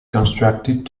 constructed